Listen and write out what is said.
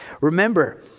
Remember